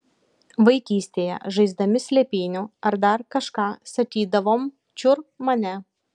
vaikystėje žaisdami slėpynių ar dar kažką sakydavom čiur mane